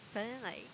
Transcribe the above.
but then like